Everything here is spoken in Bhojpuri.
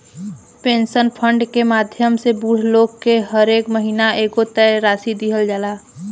पेंशन फंड के माध्यम से बूढ़ लोग के हरेक महीना एगो तय राशि दीहल जाला